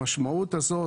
המשמעות הזאת,